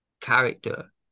character